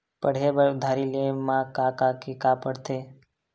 पढ़े बर उधारी ले मा का का के का पढ़ते?